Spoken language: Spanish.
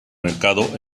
mercado